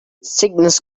sickness